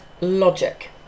logic